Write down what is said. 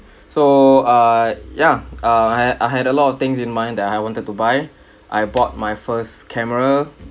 so uh ya err I I had a lot of things in mind that I wanted to buy I bought my first camera